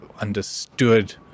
understood